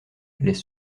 les